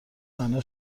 بنا